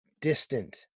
distant